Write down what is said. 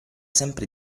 sempre